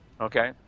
okay